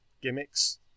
gimmicks